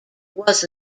was